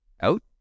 out